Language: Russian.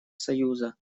союза